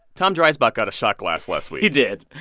tom dreisbach got a shot glass last week he did.